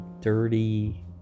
dirty